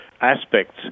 aspects